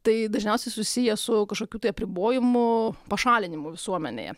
tai dažniausiai susije su kažkokiu tai apribojimu pašalinimu visuomenėje